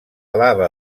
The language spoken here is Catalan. lava